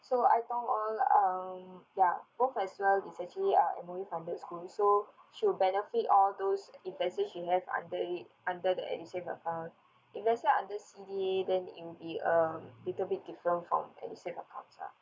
so ai tong or um ya both as well is actually uh M_O_E funded schools so she'll benefit all those if let's say she has under it under the edusave account if let's say under C_D_A then it'll be um little bit different from edusave account lah